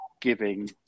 giving